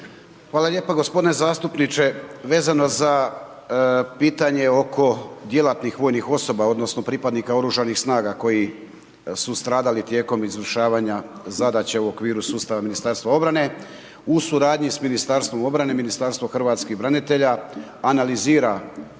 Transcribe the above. Hvala lijepo gospodine zastupniče, vezano za pitanje oko djelatnih vojnih osoba, odnosno, pripadnika oružanih snaga, koji su stradali tijekom izvršavanja zadaća u okviru sustava Ministarstva obrane, u suradnji sa Ministarstvom obrane, Ministarstvo hrvatskih branitelja, analizira